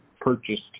purchased